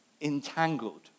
entangled